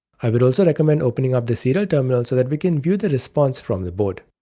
i would also recommend opening up the serial terminal so that we can view the response from the board.